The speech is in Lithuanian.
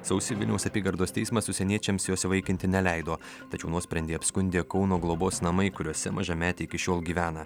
sausį vilniaus apygardos teismas užsieniečiams įsivaikinti neleido tačiau nuosprendį apskundė kauno globos namai kuriuose mažametė iki šiol gyvena